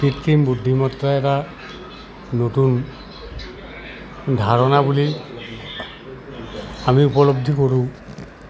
কৃত্ৰিম বুদ্ধিমত্তা এটা নতুন ধাৰণা বুলি আমি উপলব্ধি কৰোঁ